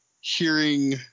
hearing